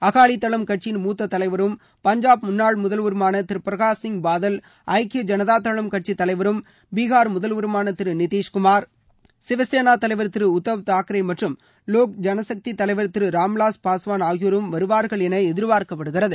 அகாலிதளம் கட்சியின் மூத்த தலைவரும் பஞ்சாப் முன்னாள் முதல்வருமான திரு பிரகாஷ்சிய் பாதல் ஐக்கிய ஜனதாதளம் கட்சித்தலைவரும் பீகார் முதல்வருமான திரு நிதிஷ்குமார் சிவசேனா தலைவர் திரு உத்தவ் தாக்ரே மற்றும் லோக்ஜனசக்தி தலைவா் திரு ராம்விலாஸ் பாஸ்வான் ஆகியோரும் வருவாா்கள் என எதிர்பார்க்கப்படுகிறது